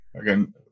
Again